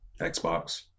Xbox